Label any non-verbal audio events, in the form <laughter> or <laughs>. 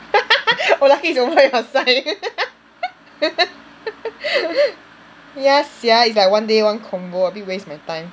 <laughs> !wah! lucky it's over your side <laughs> ya sia it's like one day one convo a bit waste my time